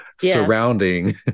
surrounding